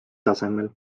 tasemel